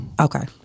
Okay